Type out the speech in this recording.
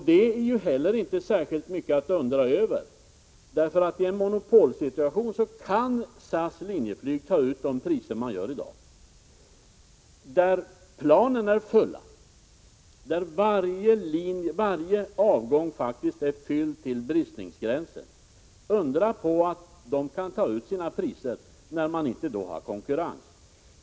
Det är inte heller särskilt mycket att undra över — i en monopolsituation kan SAS/Linjeflyg ta ut de priser som man i dag tar. Planen är fulla, varje avgång är fylld till bristningsgränsen — undra på att man då kan ta ut sina priser när man inte har konkurrens!